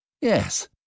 Yes